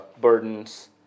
burdens